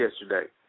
yesterday